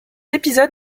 épisode